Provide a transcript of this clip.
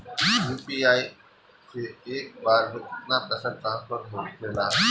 UPI से एक बार मे केतना पैसा ट्रस्फर होखे ला?